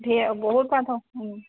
ধে বহুত মানুহ